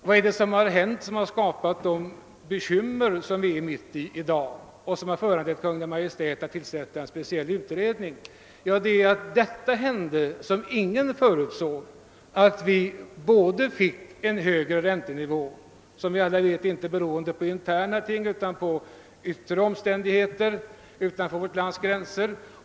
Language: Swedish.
Vad är det då som hänt som skapat bekymmer och som nu har föranlett Kungl. Maj:t att tillsätta en speciell utredning? Jo, det hände något som ingen hade förutsatt, nämligen att vi fick en hög räntenivå. Som bekant berodde den inte på vårt eget förvållande utan på omständigheter utanför vårt lands gränser.